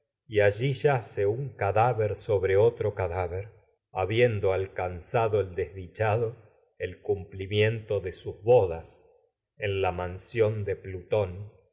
y allí cadáver sobre el y otro cadáver miento habiendo sus alcanzado el desdichado en cumpli demos para de bodas la mansión de plutón